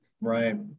Right